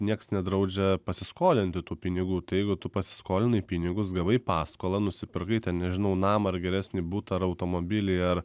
nieks nedraudžia pasiskolinti tų pinigų tai jeigu tu pasiskolinai pinigus gavai paskolą nusipirkai ten nežinau namą ar geresnį butą ar automobilį ar